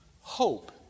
hope